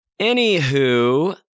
Anywho